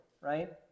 right